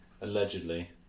allegedly